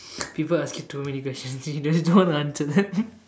people asking too many questions don't want to answer that